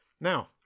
now